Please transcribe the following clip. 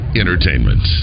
entertainment